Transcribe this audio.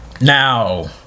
Now